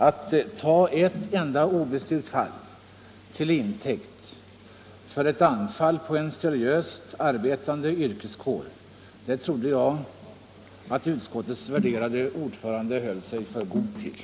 Att ta ett enda obestyrkt fall till intäkt för ett anfall på en seriöst arbetande yrkeskår trodde jag att utskottets värderade ordförande höll sig för god till.